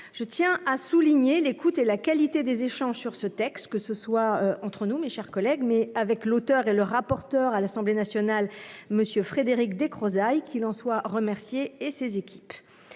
Je tiens à souligner l'écoute et la qualité des échanges sur ce texte, que ce soit entre nous, mes chers collègues, ou avec l'auteur et rapporteur de la proposition de loi à l'Assemblée nationale, M. Frédéric Descrozaille- qu'il en soit remercié, ainsi que ses équipes.